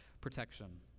protection